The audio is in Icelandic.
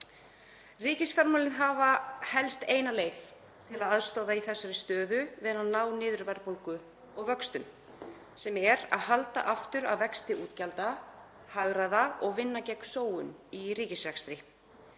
Ríkisfjármálin hafa helst eina leið til að aðstoða í þessari stöðu við að ná niður verðbólgu og vöxtum, þ.e. að halda aftur af vexti útgjalda, hagræða og vinna gegn sóun í ríkisrekstri.